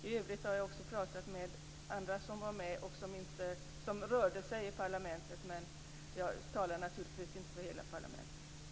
I övrigt har jag också pratat med andra som var med och rörde sig i parlamentet, men jag talar naturligtvis inte för hela parlamentet.